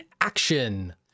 action